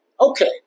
Okay